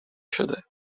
شده